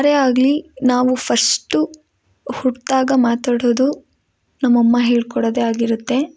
ಯಾರೇ ಆಗಲಿ ನಾವು ಫಶ್ಟು ಹುಟ್ದಾಗ ಮಾತಾಡೋದು ನಮ್ಮಮ್ಮ ಹೇಳ್ಕೊಡೋದೇ ಆಗಿರುತ್ತೆ